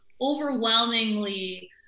overwhelmingly